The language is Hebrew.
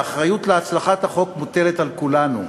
האחריות להצלחת החוק מוטלת על כולנו,